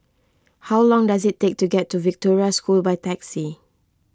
how long does it take to get to Victoria School by taxi